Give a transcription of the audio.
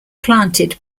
planted